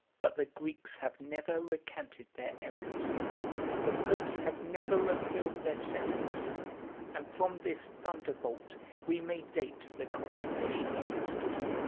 but the greeks have never recanted their errors the popes have never repealed their sentence and from this thunderbolt we may date the consummation of the schism.